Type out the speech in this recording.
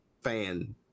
fan